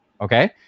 okay